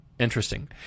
Interesting